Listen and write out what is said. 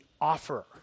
offer